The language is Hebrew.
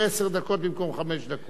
אני מזמין את חבר הכנסת בן-ארי.